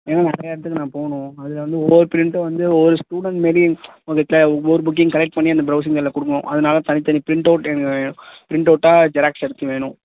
ஏன்னா நிறைய இடத்துக்கு நான் போகணும் அதில் வந்து ஒவ்வொரு ப்ரிண்ட்டும் வந்து ஒவ்வொரு ஸ்டூடெண்ட்மாரி அவங்க இப்போ ஒவ்வொரு புக்கையும் கலெக்ட் பண்ணி அந்த ப்ரொவ்சிங் செண்ட்டரில் கொடுக்கணும் அதனால் தனி தனி ப்ரிண்ட்டவுட் எனக்கு வேணும் ப்ரிண்ட்டவுட்டாக ஜெராக்ஸ் எடுத்து வேணும்